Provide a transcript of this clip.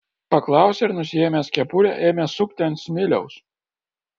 paklausė ir nusiėmęs kepurę ėmė sukti ant smiliaus